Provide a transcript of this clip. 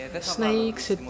snakes